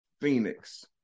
Phoenix